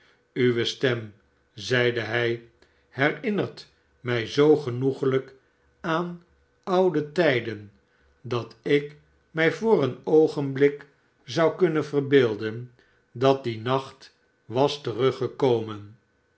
uwe stem zeide hij jherinnert mij zoo genoeghjk aan oude tijden dat ik mij voor een oogenblik zou kunnen verbeelden dat die nacht was teruggekomen